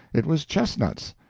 it was chestnuts.